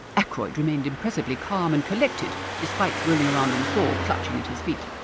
ackroyd remained impressively calm and collected, despite rolling around on the floor, clutching at his feet.